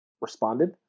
responded